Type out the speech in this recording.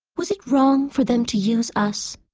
was it wrong for them to use us?